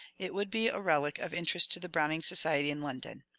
it would be a relic of interest to the browning society in london.